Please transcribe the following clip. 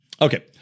okay